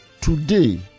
Today